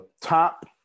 top